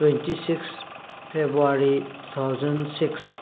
twenty six February two thousand six